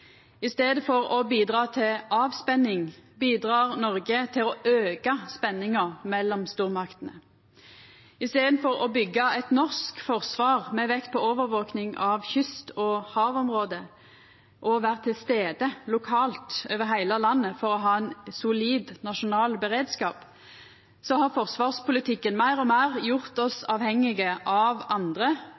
I staden for å bidra til avspenning bidrar Noreg til å auka spenninga mellom stormaktene. I staden for å byggja eit norsk forsvar med vekt på overvaking av kyst- og havområde og å vera til stades lokalt over heile landet for å ha ein solid nasjonal beredskap, har forsvarspolitikken meir og meir gjort oss avhengige av andre